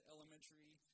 Elementary